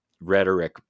rhetoric